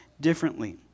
differently